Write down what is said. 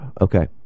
okay